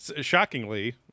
shockingly